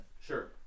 Sure